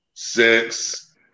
Six